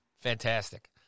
Fantastic